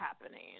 happening